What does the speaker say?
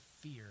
fear